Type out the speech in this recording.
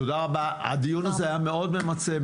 תודה רבה הדיון הזה היה מאוד ממצה,